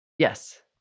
Yes